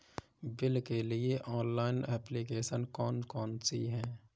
Bill के लिए online application कौन कौन सी हैं?